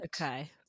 Okay